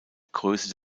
größe